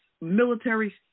military